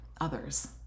others